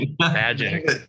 Magic